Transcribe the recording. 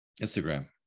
Instagram